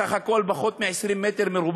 בסך הכול פחות מ-20 מ"ר.